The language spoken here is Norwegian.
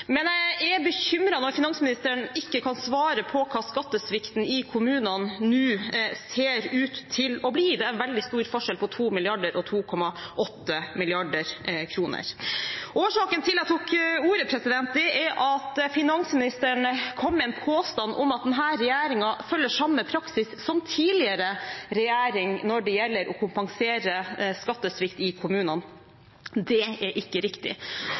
Men jeg er bekymret når finansministeren ikke kan svare på hva skattesvikten i kommunene nå ser ut til å bli. Det er veldig stor forskjell på 2 mrd. kr og 2,8 mrd. kr. Årsaken til at jeg tok ordet, er at finansministeren kom med en påstand om at denne regjeringen følger samme praksis som tidligere regjering når det gjelder å kompensere skattesvikt i kommunene. Det er ikke riktig.